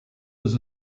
was